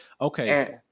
Okay